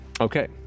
Okay